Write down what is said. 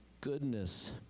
goodness